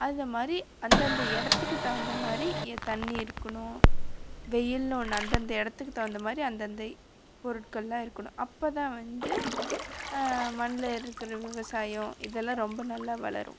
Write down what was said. அதமாதிரி அந்தந்த இடத்துக்கு தகுந்த மாதிரி ஏ தண்ணி இருக்கணும் வெயில்னு ஒன்று அந்தந்த இடத்துக்கு தகுந்த மாதிரி அந்தந்த பொருட்களெலாம் இருக்கணும் அப்போ தான் வந்து மண்ணில் இருக்கிற விவசாயம் இதெல்லாம் ரொம்ப நல்லா வளரும்